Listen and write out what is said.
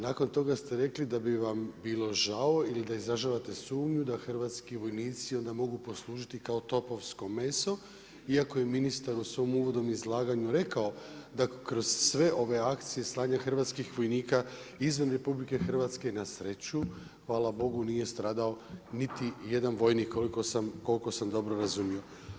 Nakon toga ste rekli da bi vam bilo žao ili da izražavate sumnju da hrvatski vojnici onda mogu poslužiti kao topovsko meso iako je ministar u svom uvodnom izlaganju rekao da kroz sve ove akcije slanja hrvatskih vojnika izvan RH na sreću hvala Bogu nije stradao niti jedan vojnik koliko sam dobro razumio.